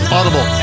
Audible